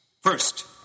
First